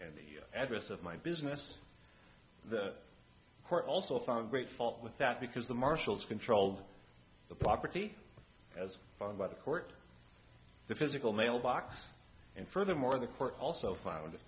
and the address of my business the court also found great fault with that because the marshals controlled the property as found by the court the physical mailbox and furthermore the court also found